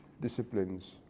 disciplines